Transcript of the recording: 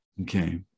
Okay